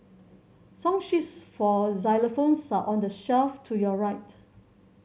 song sheets for xylophones are on the shelf to your right